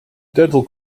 dental